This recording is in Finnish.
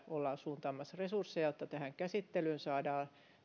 ollaan suuntamassa lisää resursseja jotta tähän käsittelyyn saadaan